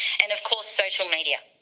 and of course, social media,